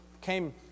came